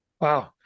Wow